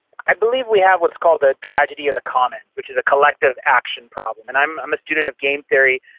i believe we have what's called a tragedy of the commons, which is a collective action problem. and i'm i'm a student of game theory,